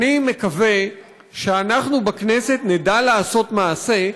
אני מקווה שאנחנו בכנסת נדע לעשות מעשה,